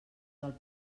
del